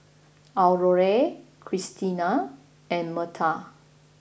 Aurore Christina and Marta